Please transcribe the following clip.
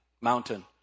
mountain